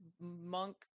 monk